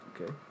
Okay